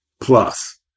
Plus